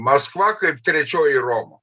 maskva kaip trečioji roma